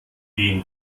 den